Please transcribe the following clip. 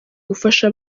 gufasha